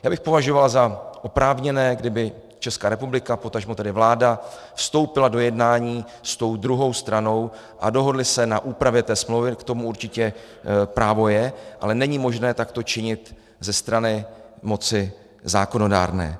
Já bych považoval za oprávněné, kdyby Česká republika, potažmo tedy vláda vstoupila do jednání s druhou stranou a dohodly se na úpravě té smlouvy, k tomu určitě právo je, ale není možné takto činit ze strany moci zákonodárné.